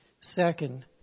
Second